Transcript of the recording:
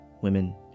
women